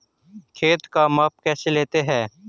खेत का माप कैसे लेते हैं?